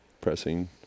pressing